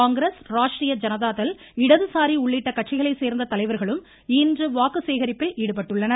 காங்கிரஸ் ராஷ்ட்ரிய ஜனதா தள் இடதுசாரி உள்ளிட்ட கட்சிகளைச் சேர்ந்த தலைவர்களும் இன்று வாக்கு சேகரிப்பில் ஈடுபட்டுள்ளனர்